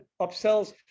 upsells